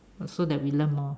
also that we learn more